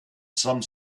some